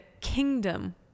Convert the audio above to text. kingdom